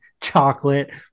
chocolate